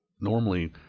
Normally